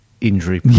injury